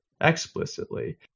explicitly